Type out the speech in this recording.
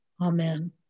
Amen